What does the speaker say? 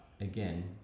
again